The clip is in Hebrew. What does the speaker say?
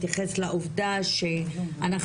תכף לעובדה שאנחנו